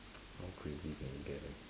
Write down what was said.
how crazy can it get leh